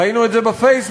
ראינו את זה בפייסבוק,